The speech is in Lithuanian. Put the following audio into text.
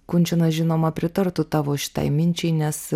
kunčinas žinoma pritartų tavo šitai minčiai nes